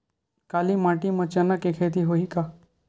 काली माटी म चना के खेती होही का?